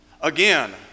Again